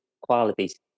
qualities